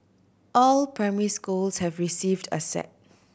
all primary schools have received a set